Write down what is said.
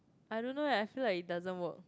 I don't know eh I feel like it doesn't work